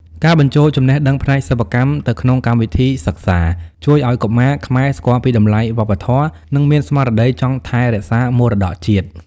ការបញ្ចូលចំណេះដឹងផ្នែកសិប្បកម្មទៅក្នុងកម្មវិធីសិក្សា ជួយឱ្យកុមារខ្មែរស្គាល់ពីតម្លៃវប្បធម៌ និងមានស្មារតីចង់ថែរក្សាមរតកជាតិ។